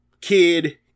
Kid